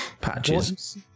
patches